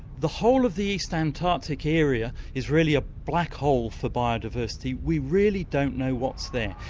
the whole of the east antarctic area is really a black hole for biodiversity. we really don't know what's there.